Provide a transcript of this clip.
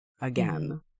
again